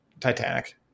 Titanic